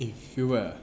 if you were